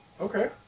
Okay